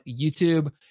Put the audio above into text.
YouTube